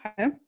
okay